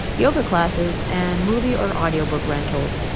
yoga classes and movie or audio book rentals.